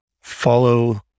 follow